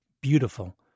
beautiful